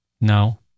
No